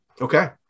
Okay